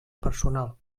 personal